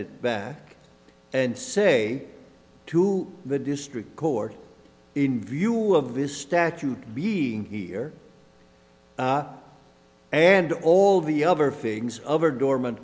it back and say to the district court in view of this statute being here and all the other feelings over dormant